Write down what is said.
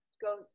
go